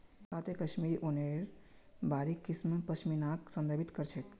काते कश्मीरी ऊनेर बारीक किस्म पश्मीनाक संदर्भित कर छेक